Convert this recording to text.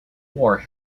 war